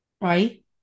Right